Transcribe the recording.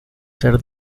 ser